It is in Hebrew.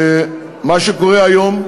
מה שקורה היום,